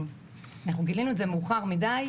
אנחנו גילינו את זה מאוחר מידיי.